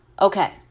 Okay